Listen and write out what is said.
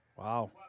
Wow